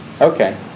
Okay